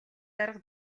дарга